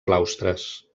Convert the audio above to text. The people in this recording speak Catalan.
claustres